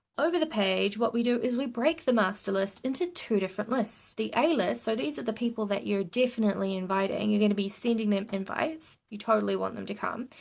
over the page, what we do is we break the master list into two different lists. the a-list. so, these are the people that you're definitely inviting. and you're going to be sending them invites, you totally want them to come.